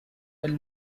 elle